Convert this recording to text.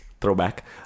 Throwback